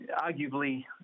arguably